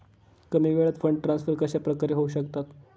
कमी वेळात fund transfer कशाप्रकारे होऊ शकतात?